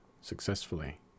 successfully